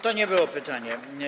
To nie było pytanie.